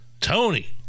Tony